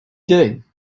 doing